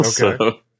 Okay